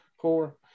core